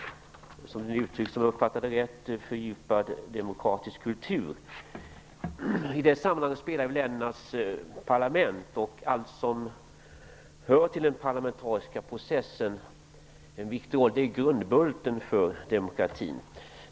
Det uttrycks, om jag uppfattade det rätt, med orden fördjupad demokratisk kultur. I det sammanhanget spelar ländernas parlament en viktig roll. Det är grundbulten för demokratin.